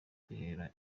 kwigira